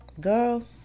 girl